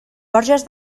borges